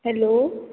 hello